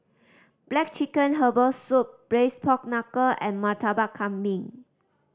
black chicken herbal soup Braised Pork Knuckle and Murtabak Kambing